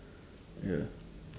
ya